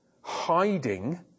hiding